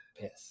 piss